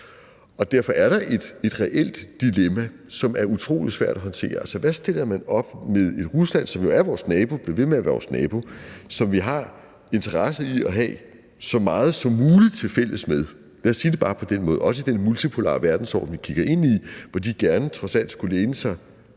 Derfor er der et reelt dilemma, som er utrolig svært at håndtere: Hvad stiller man op med et Rusland, som jo er vores nabo og bliver ved med at være vores nabo, og som vi har interesse i at have så meget som muligt tilfælles med – lad os bare sige det på den måde, også i den multipolare verdensorden, vi kigger ind i, hvor de gerne trods alt skulle læne sig